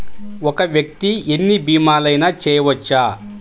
ఒక్క వ్యక్తి ఎన్ని భీమలయినా చేయవచ్చా?